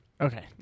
Okay